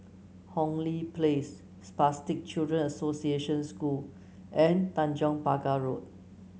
Hong Lee Place Spastic Children Association School and Tanjong Pagar Road